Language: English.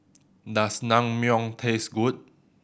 does Naengmyeon taste good